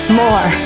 more